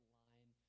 line